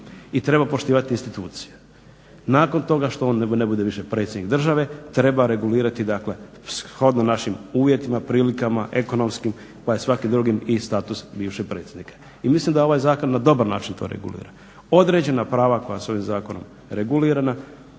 i treba poštivati institucije. Nakon toga što on ne bude više predsjednik države treba regulirati dakle shodno našim uvjetima, prilikama ekonomskim pa i svakim drugim i status bivšeg predsjednika. I mislim da ovaj zakon na dobar način to regulira. Određena prava koja su ovim zakonom regulirana